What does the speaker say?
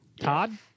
Todd